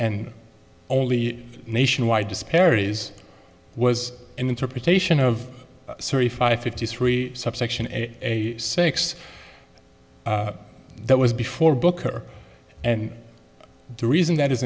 and only nationwide disparities was an interpretation of surrey five fifty three subsection a a six that was before booker and the reason that is